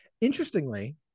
Interestingly